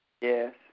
Yes